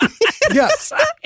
Yes